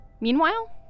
Meanwhile